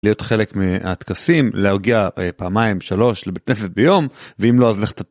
להיות חלק מהטקסים להגיע פעמיים שלוש לבית כנסת ביום ואם לא אז.